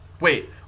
Wait